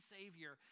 Savior